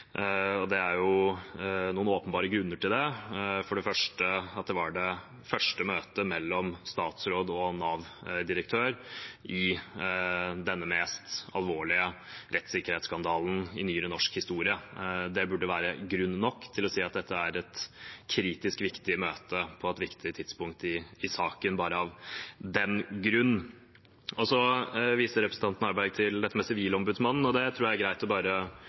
Og det er noen åpenbare grunner til det – for det første at det var det første møtet mellom statsråden og Nav-direktøren i denne mest alvorlige rettssikkerhetsskandalen i nyere norsk historie. Det burde være grunn nok til å si at dette er et kritisk viktig møte på et viktig tidspunkt i saken. Så viser representanten Harberg til dette med Sivilombudsmannen, og det tror jeg det er greit å bare